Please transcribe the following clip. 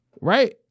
Right